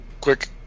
quick